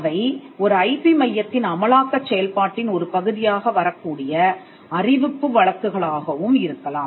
அவை ஒரு ஐபி மையத்தின் அமலாக்கச் செயல்பாட்டின் ஒரு பகுதியாக வரக்கூடிய அறிவிப்பு வழக்கு களாகவும் இருக்கலாம்